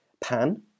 pan